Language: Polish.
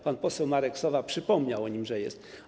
Pan poseł Marek Sowa przypomniał o nim, że jest.